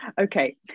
Okay